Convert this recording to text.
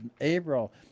April